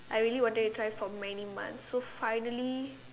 I really wanted to try for many months so finally